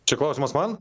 čia klausimas man